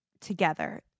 together